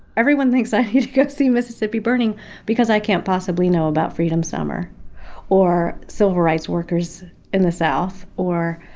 everyone thinks i should go see mississippi burning because i can't possibly know about freedom summer or civil rights workers in the south, or,